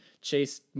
Chase